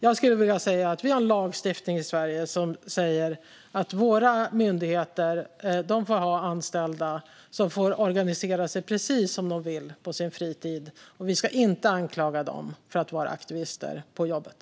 I Sverige har vi en lagstiftning som säger att myndigheters anställda får organisera sig precis som de vill på sin fritid. Vi ska inte anklaga dem för att vara aktivister på jobbet.